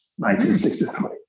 1963